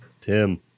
tim